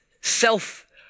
self